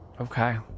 Okay